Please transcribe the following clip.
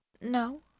No